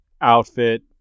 outfit